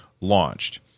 launched